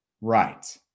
Right